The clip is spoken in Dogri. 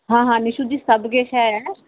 हां हां निशू जी सबकिश ऐ